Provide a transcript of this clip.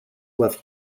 left